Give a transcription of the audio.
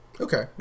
okay